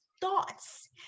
thoughts